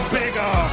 bigger